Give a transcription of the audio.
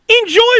Enjoy